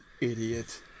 idiot